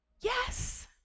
yes